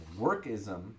Workism